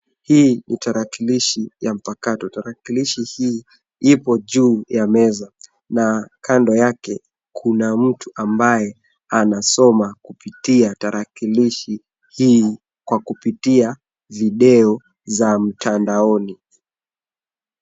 Hii ni tarakilishi ya mpakato. Tarakilishi hii ipo juu ya meza na kando yake kuna mtu ambaye anasoma kupitia tarakilishi hii kwa kupitia video za mtandaoni.